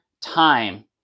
time